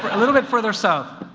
a little bit further south.